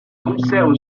conserve